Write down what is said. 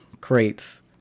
Crates